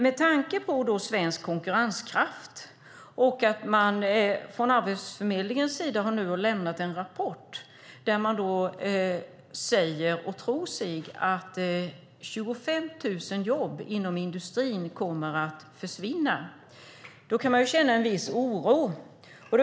Med tanke på svensk konkurrenskraft och på att Arbetsförmedlingen nu har lämnat en rapport där man säger att man tror att 25 000 jobb inom industrin kommer att försvinna kan vi känna en viss oro.